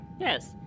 Yes